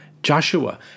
Joshua